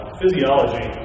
physiology